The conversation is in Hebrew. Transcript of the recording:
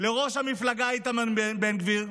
לראש המפלגה איתמר בן גביר,